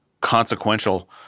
consequential